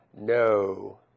No